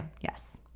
yes